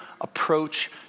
approach